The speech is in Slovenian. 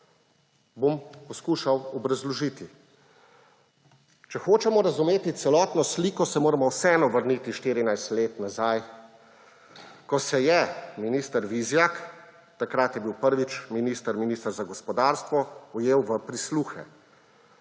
bom poskušal obrazložiti. Če hočemo razumeti celotno sliko, se moramo vseeno vrniti 14 let nazaj, ko se je minister Vizjak, takrat je bil prvič minister, minister za gospodarstvo, ujel v prisluhe.